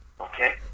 Okay